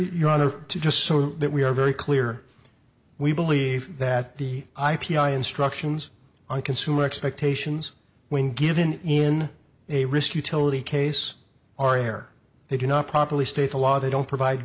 your honor to just so that we are very clear we believe that the i p i instructions on consumer expectations when given in a risk utility case are there they do not properly state the law they don't provide